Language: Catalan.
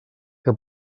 que